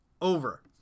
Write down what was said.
Over